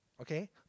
Okay